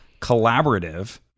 Collaborative